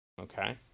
Okay